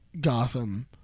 Gotham